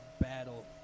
battle